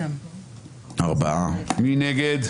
מי נגד?